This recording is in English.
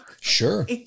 Sure